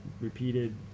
repeated